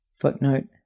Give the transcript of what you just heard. Footnote